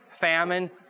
famine